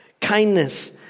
Kindness